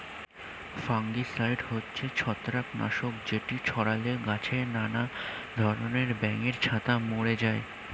fungicide হচ্ছে ছত্রাক নাশক যেটি ছড়ালে গাছে নানা ধরণের ব্যাঙের ছাতা মরে যায়